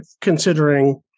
considering